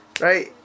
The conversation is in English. right